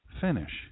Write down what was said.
finish